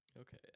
Okay